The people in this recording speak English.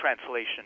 translation